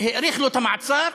האריך לו את המעצר,